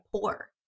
poor